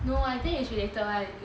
no I think is related [one]